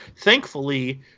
thankfully –